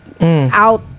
out